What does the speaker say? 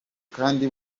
kandi